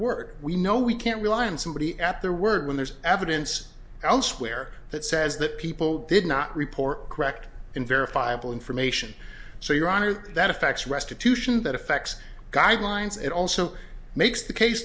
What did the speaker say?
work we know we can't rely on somebody at their word when there's evidence elsewhere that says that people did not report correct and verifiable information so your honor that affects restitution that affects guidelines it also makes the case